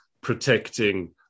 protecting